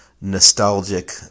nostalgic